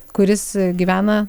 kuris gyvena